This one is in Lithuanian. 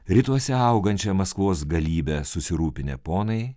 rytuose augančią maskvos galybę susirūpinę ponai